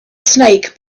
snake